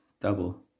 double